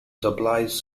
supplies